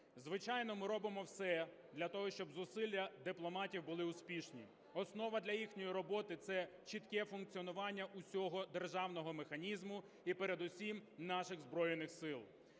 Звичайно, ми робимо все для того, щоб зусилля дипломатів були успішні. Основа для їхньої роботи – це чітке функціонування всього державного механізму і передусім наших Збройних Сил.